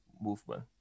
movement